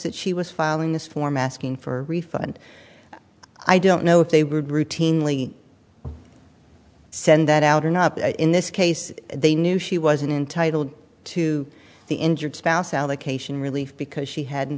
that she was filing this form asking for a refund i don't know if they would routinely send that out or not in this case they knew she wasn't intitled to the injured spouse allocation relief because she hadn't